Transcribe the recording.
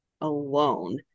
alone